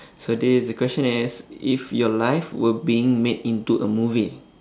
so this is the question is if your life were being made into a movie